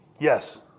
Yes